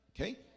Okay